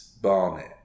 Barnet